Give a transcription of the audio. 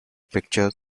pictures